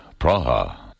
Praha